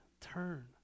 turn